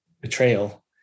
betrayal